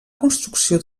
construcció